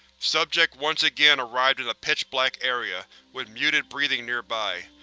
subject once again arrived in a pitch-black area, with muted breathing nearby.